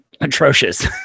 atrocious